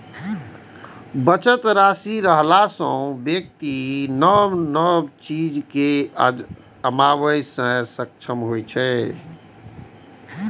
बचत राशि रहला सं व्यक्ति नव नव चीज कें आजमाबै मे सक्षम होइ छै